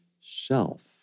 self